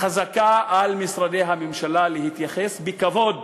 על משרדי הממשלה להתייחס בכבוד